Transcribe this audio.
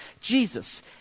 Jesus